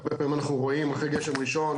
הרבה פעמים אנחנו רואים אחרי גשם ראשון